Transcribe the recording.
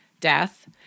death